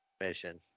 mission